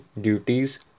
duties